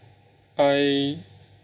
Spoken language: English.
I